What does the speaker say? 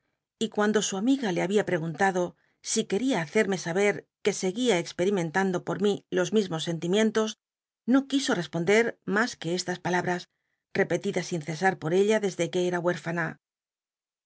y cuan do su amiga le babia pregunlaclo si rueria hacerme saber que seguía experimentando por mi los mismos senl imieotos no quiso respondet mas que estas palabras repelidas sin cesa r por ella desde que era